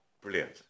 Brilliant